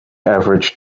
average